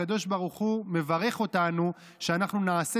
הקדוש ברוך הוא מברך אותנו שאנחנו נעשה